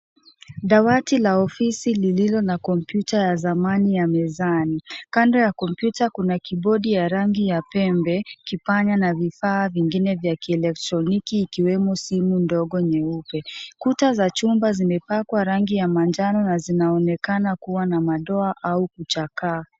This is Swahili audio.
Dawati la ofisi lililo na kompyuta ya zamani ya mezani. Kando ya kompyuta kuna kibodi ya rangi ya pembe, kipanya na vifaa vingine vya kielektroniki ikiwemo simu ndogo nyeupe. Kuta za chumba zimepakwa rangi ya manjano na zinaonekana kuwa na madoa au kuchakaa.